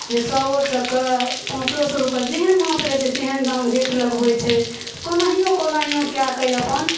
हे सएओ टके पाँचो सए रुपैये जेहन माँछ रहै छै तेहन दाम रेट लगबै छै तऽ कोनाहियो कोनाहियो कए कऽ अपन